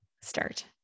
start